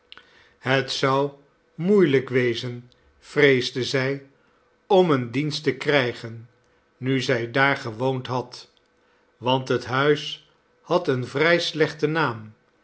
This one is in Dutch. het zou moeielijk wezen vreesde zij om een dienst te krijgen nu zij daar gewoond had want het huis had een vrij slechten naam